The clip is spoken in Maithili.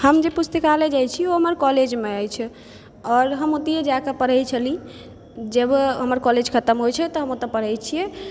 हम जे पुस्तकालय जाइ छी ओ हमर कॉलेजमे अछि आओर हम ओतिहिए जाकऽ पढ़ै छलि जब हमर कॉलेज खतम होइ छै तऽ हम ओतै पढ़ै छियै